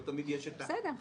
לא תמיד יש את החשבונית,